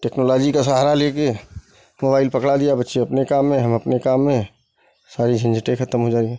technology का सहारा ले कर मोबाइल पकड़ा दिया बच्चे अपने काम में हम अपने काम में सारी झंझटे खत्म हो जा रही है